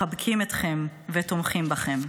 מחבקים אתכם ותומכים בכם.